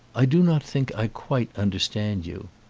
i do not think i quite understand you.